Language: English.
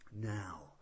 Now